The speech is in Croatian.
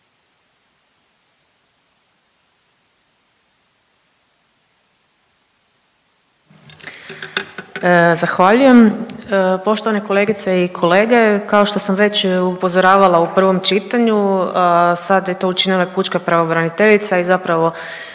Zahvaljujem. Poštovane kolegice i kolege, kao što sam već upozoravala u prvom čitanju, sada je to učinila i pučka pravobraniteljica i zapravo